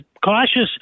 cautious